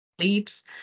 Leads